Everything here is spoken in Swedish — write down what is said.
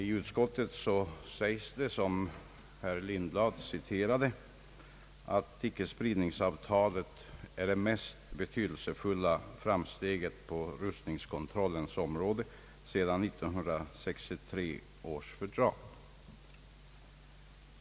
I utskottets utlåtande sägs — som också herr Lindblad citerade — att ickespridningsfördraget är det mest betydelsefulla framsteget på rustningskontrollens område sedan 1963 års fördrag.